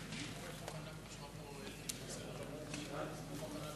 ההצעה להעביר את הצעת חוק לעידוד השקעות הון (תיקון,